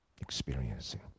experiencing